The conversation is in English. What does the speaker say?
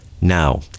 Now